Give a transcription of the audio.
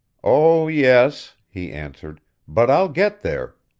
oh, yes, he answered but i'll get there,